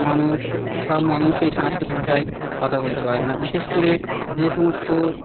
মানুষ সব মানুষ এই সংস্কৃত ভাষায় কথা বলতে পারেন না বিশেষ করে যে সমস্ত